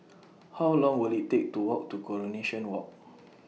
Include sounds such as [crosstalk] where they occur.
[noise] How Long Will IT Take to Walk to Coronation Walk [noise]